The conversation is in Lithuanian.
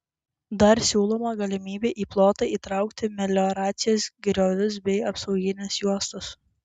dar siūloma galimybė į plotą įtraukti melioracijos griovius bei apsaugines juostas